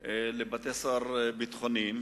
לבתי-סוהר ביטחוניים,